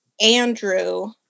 Andrew